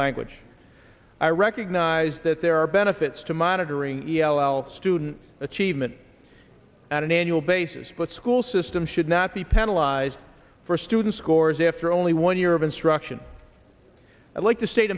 language i recognize that there are benefits to monitoring e l student achievement at an annual basis but school system should not be penalize for student's scores after only one year of instruction i'd like to state